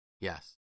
Yes